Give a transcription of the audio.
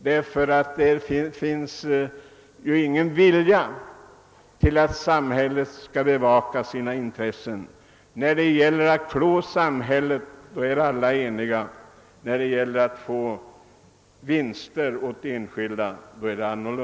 Det finns ju ingen som vill att samhället skall bevaka sina intressen. När det gäller att klå samhället och ge få vinster åt enskilda är alla eniga.